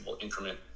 increment